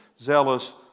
zealous